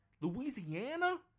Louisiana